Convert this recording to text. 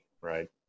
right